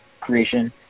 creation